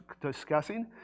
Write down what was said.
discussing